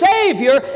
Savior